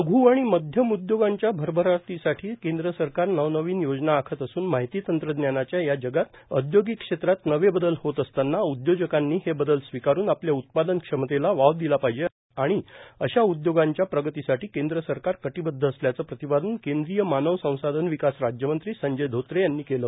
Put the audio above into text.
लघ आणि मध्यम उदयोगांच्या भरभराटीसाठी केंद्र सरकार नवनवीन योजना आखत असन माहिती तंत्रज्ञानाच्या या जगात औद्योगिक क्षेत्रात नवे बदल होत असताना उद्योजकांनी हे बदल स्वीकारून आपल्या उत्पादन क्षमतेला वाव दिला पाहिजे आणि अशा उदयोगांच्या प्रगतीसाठी केंद्र सरकार कटिबदध असल्याचं प्रतिपादन केंद्रीय मानव संसाधन विकास राज्यमंत्री संजय धोत्रे यांनी केलं